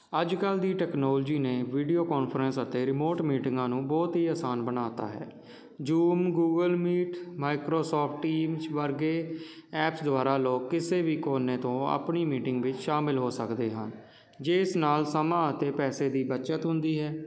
ਅੱਜ ਕੱਲ੍ਹ ਦੀ ਟੈਕਨੋਲਜੀ ਨੇ ਵੀਡੀਓ ਕਾਨਫਰੰਸ ਅਤੇ ਰਿਮੋਟ ਮੀਟਿੰਗਾਂ ਨੂੰ ਬਹੁਤ ਹੀ ਆਸਾਨ ਬਣਾ ਤਾ ਹੈ Zoom Google Meet Microsoft Teams ਵਰਗੇ ਐਪ ਦੁਆਰਾ ਲੋਕ ਕਿਸੇ ਵੀ ਕੋਨੇ ਤੋਂ ਆਪਣੀ ਮੀਟਿੰਗ ਵਿੱਚ ਸ਼ਾਮਲ ਹੋ ਸਕਦੇ ਹਨ ਜਿਸ ਨਾਲ ਸਮਾਂ ਅਤੇ ਪੈਸੇ ਦੀ ਬਚਤ ਹੁੰਦੀ ਹੈ